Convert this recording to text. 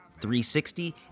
360